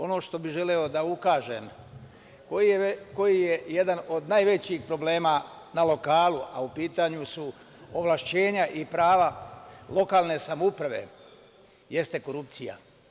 Ono što bih želeo da ukažem, koji je jedan od najvećih problema na lokalu, a u pitanju su ovlašćenja i prava lokalne samouprave, jeste korupcija.